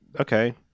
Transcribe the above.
okay